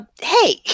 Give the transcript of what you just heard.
Hey